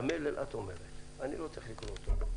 את אומרת את המלל, אני לא צריך לקרוא אותו.